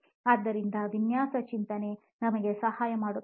ಆದ್ದರಿಂದ ವಿನ್ಯಾಸ ಚಿಂತನೆ ನಮಗೆ ಸಹಾಯ ಮಾಡುತ್ತದೆ